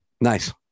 nice